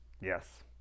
Yes